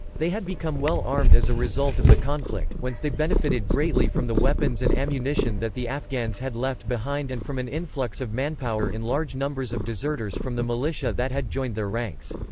they had become well-armed as a result of the conflict, whence they benefitted greatly from the weapons and ammunition that the afghans had left behind and from an influx of manpower in large numbers of deserters from the militia that had joined their ranks.